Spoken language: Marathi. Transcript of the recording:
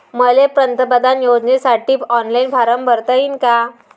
मले पंतप्रधान योजनेसाठी ऑनलाईन फारम भरता येईन का?